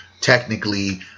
technically